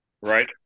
Right